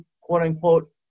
quote-unquote